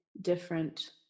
different